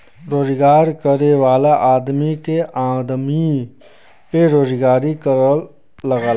रोजगार करे वाला आदमी के आमदमी पे रोजगारी कर लगला